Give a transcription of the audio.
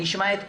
נשמע את כולם.